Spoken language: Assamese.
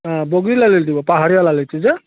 অঁ বগী লালি দিব পাহাৰীয়া লালিটো যে